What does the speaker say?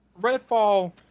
Redfall